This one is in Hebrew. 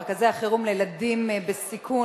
מרכזי החירום לילדים בסיכון,